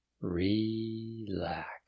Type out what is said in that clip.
relax